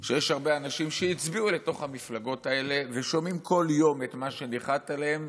שהרבה אנשים שהצביעו למפלגות האלה ושומעים כל יום את מה שניחת עליהם,